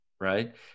right